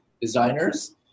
designers